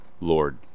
Lord